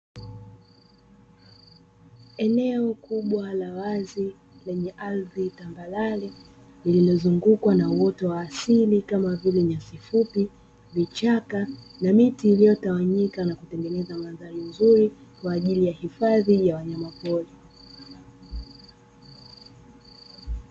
Eneo kubwa la wazi lenye ardhi tambarare lililozungukwa na uoto wa asili kama vile nyasi fupi, vichaka, na miti iliyotawanyika na kutengeneza mandhari nzuri kwa ajili ya hifadhi ya wanyamapori.